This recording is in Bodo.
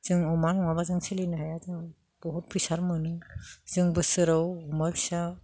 जों अमा नङाबा जों सोलिनो हाया जों बहुत फैसा मोनो जों बोसोराव अमा फिसा